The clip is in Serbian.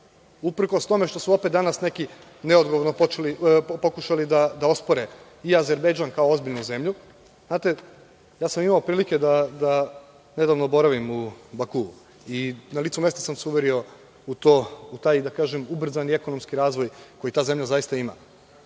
uprkos tome što su opet danas neki neodgovorno pokušali da ospore i Azerbejdžan kao ozbiljnu zemlju. Znate, imao sam prilike da nedavno boravim u Bakuu i na licu mesta sam se uverio u taj ubrzani ekonomski razvoj koji ta zemlja zaista ima.